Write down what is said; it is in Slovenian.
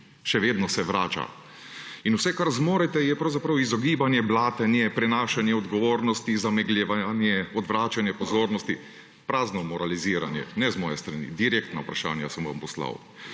Še vedno se vrača. In vse kar zmorete, je pravzaprav izogibanje, blatenje, prenašanje odgovornosti, zamegljevanje, odvračanje pozornosti, prazno moraliziranje. Ne z moje strani, direktna vprašanja sem vam poslal.